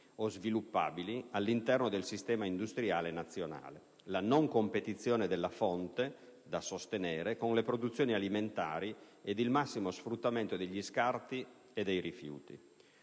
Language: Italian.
o sviluppabili all'interno del sistema industriale nazionale, la non competizione della fonte da sostenere con le produzioni alimentari ed il massimo sfruttamento degli scarti e dei rifiuti.